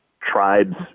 tribes